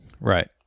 Right